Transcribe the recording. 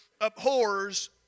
abhors